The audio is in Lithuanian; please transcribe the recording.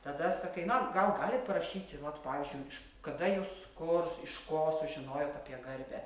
tada sakai na gal galit parašyti vat pavyzdžiui iš kada jūs kur iš ko sužinojot apie garbę